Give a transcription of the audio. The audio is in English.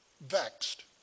Vexed